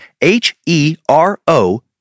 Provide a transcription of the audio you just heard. H-E-R-O